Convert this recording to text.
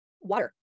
water